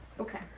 Okay